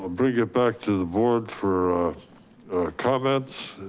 ah bring it back to the board for comments.